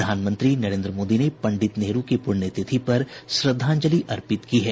प्रधानमंत्री नरेन्द्र मोदी ने पंडित नेहरू की पुण्यतिथि पर श्रद्वांजलि अर्पित की है